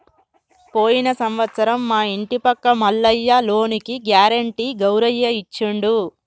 పోయిన సంవత్సరం మా ఇంటి పక్క మల్లయ్య లోనుకి గ్యారెంటీ గౌరయ్య ఇచ్చిండు